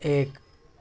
ایک